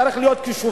צריך להיות קשובים,